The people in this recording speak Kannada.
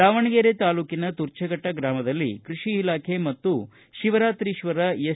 ದಾವಣಗೆರೆ ತಾಲ್ಲೂಕಿನ ತುರ್ಚಫಟ್ಟ ಗ್ರಾಮದಲ್ಲಿ ಕೃಷಿ ಇಲಾಖೆ ಮತ್ತು ಶಿವರಾತ್ರೀಶ್ವರ ಎಸ್